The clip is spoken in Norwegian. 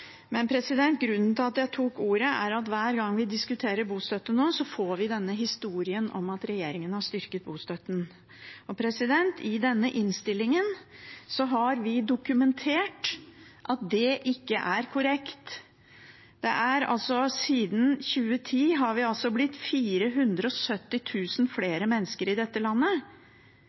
Grunnen til at jeg tok ordet, er at hver gang vi diskuterer bostøtte nå, får vi denne historien om at regjeringen har styrket bostøtten. I denne innstillingen har vi dokumentert at det ikke er korrekt. Siden 2010 har vi blitt 470 000 flere mennesker i dette landet.